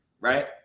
right